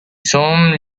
hommes